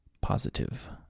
positive